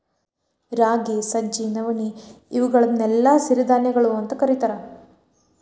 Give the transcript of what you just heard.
ರಾಗಿ, ಸಜ್ಜಿ, ನವಣಿ, ಇವುಗಳನ್ನೆಲ್ಲ ಸಿರಿಧಾನ್ಯಗಳು ಅಂತ ಕರೇತಾರ